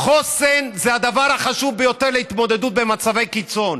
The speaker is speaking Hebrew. חוסן זה הדבר החשוב ביותר להתמודדות במצבי קיצון,